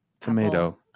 tomato